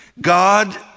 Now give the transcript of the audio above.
God